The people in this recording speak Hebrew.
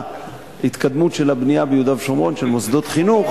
דנו בנושא של ההתקדמות של הבנייה ביהודה ושומרון של מוסדות חינוך.